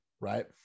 Right